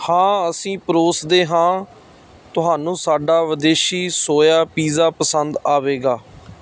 ਹਾਂ ਅਸੀਂ ਪਰੋਸਦੇ ਹਾਂ ਤੁਹਾਨੂੰ ਸਾਡਾ ਵਿਦੇਸ਼ੀ ਸੋਇਆ ਪੀਜ਼ਾ ਪਸੰਦ ਆਵੇਗਾ